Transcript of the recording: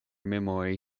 memori